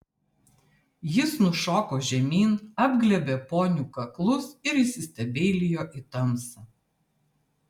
jis nušoko žemyn apglėbė ponių kaklus ir įsistebeilijo į tamsą